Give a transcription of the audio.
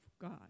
God